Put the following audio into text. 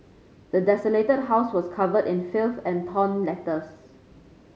the desolated house was covered in filth and torn letters